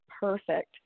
perfect